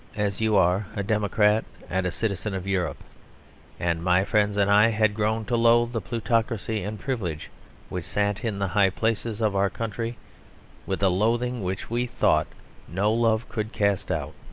as you are, a democrat and a citizen of europe and my friends and i had grown to loathe the plutocracy and privilege which sat in the high places of our country with a loathing which we thought no love could cast out.